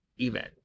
event